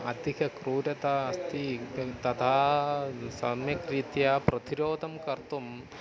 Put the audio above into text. अधिक क्रूरता अस्ति तथा सम्यक्रीत्या प्रतिरोधं कर्तुं